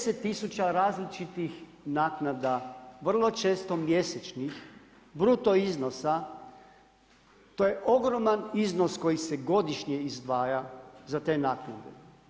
10000 različitih naknada, vrlo često mjesečnih bruto iznosa, to je ogroman iznos koji se godišnje izdvaja za te naknade.